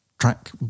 track